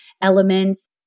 elements